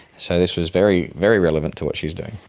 so this was very, very relevant to what she's doing.